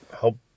help